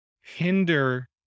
hinder